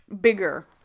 bigger